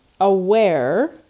aware